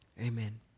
Amen